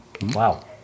Wow